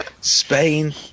Spain